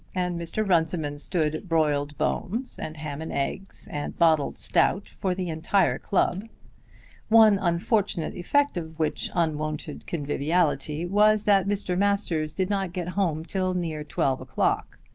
and mr. runciman stood broiled bones, and ham and eggs, and bottled stout for the entire club one unfortunate effect of which unwonted conviviality was that mr. masters did not get home till near twelve o'clock.